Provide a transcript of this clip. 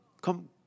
come